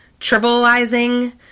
trivializing